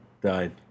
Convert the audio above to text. died